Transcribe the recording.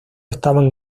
estaban